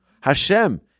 Hashem